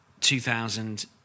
2000